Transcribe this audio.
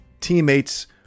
teammates